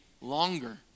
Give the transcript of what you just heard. longer